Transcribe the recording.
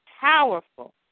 powerful